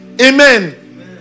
Amen